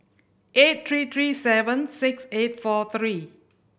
eight three three seven six eight four three